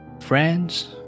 friends